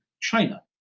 China